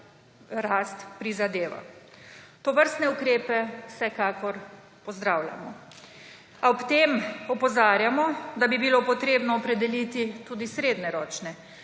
rast prizadeva. Tovrstne ukrepe vsekakor pozdravljamo, a ob tem opozarjamo, da bi bilo treba opredeliti tudi srednjeročne